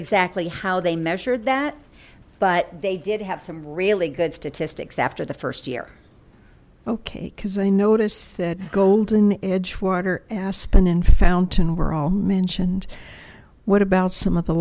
exactly how they measured that but they did have some really good statistics after the first year okay because i noticed that golden edgewater aspen and fountain were all mentioned what about some of the